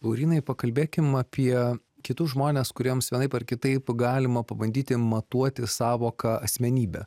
laurynai pakalbėkim apie kitus žmones kuriems vienaip ar kitaip galima pabandyti matuoti sąvoką asmenybė